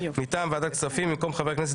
מטעם ועדת הכספים במקום חבר הכנסת